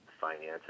finances